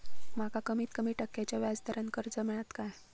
माका कमीत कमी टक्क्याच्या व्याज दरान कर्ज मेलात काय?